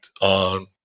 on